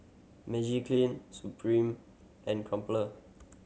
Magiclean Supreme and Crumpler